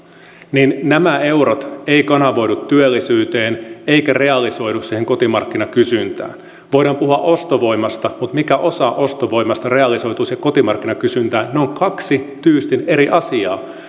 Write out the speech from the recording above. niin nämä eurot eivät kanavoidu työllisyyteen eivätkä realisoidu siihen kotimarkkinakysyntään voidaan puhua ostovoimasta mutta mikä osa ostovoimasta realisoituisi kotimarkkinakysyntään ne ovat kaksi tyystin eri asiaa